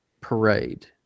parade